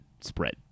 spread